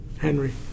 Henry